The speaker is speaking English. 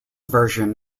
version